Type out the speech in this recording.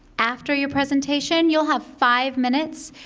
after your presentation, you'll have five minutes.